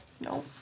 no